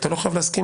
אתה לא חייב להסכים.